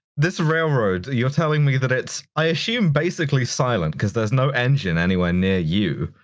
this railroad, you're telling me that it's. i assume basically silent, because there's no engine anywhere near you.